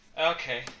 Okay